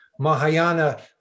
Mahayana